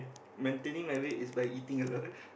maintain my weight is by eating a lot